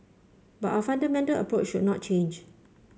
but our fundamental approach should not change